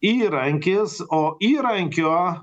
įrankis o įrankio